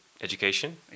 education